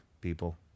people